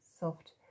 soft